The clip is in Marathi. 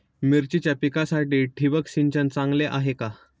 मिरचीच्या पिकासाठी ठिबक सिंचन चांगले आहे का?